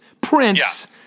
Prince